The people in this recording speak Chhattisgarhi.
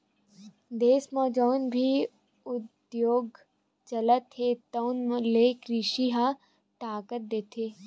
देस म जउन भी उद्योग चलत हे तउन ल कृषि ह ताकत देथे